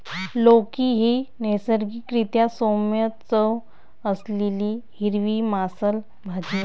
लौकी ही नैसर्गिक रीत्या सौम्य चव असलेली हिरवी मांसल भाजी आहे